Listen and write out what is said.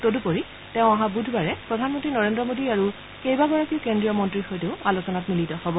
তদূপৰি তেওঁ অহা বুধবাৰে প্ৰধানমন্ত্ৰী নৰেন্দ্ৰ মোডী আৰু কেইবাগৰাকীও কেন্দ্ৰীয় মন্ত্ৰীৰ সৈতেও আলোচনাত মিলিত হ'ব